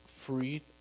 free